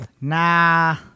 Nah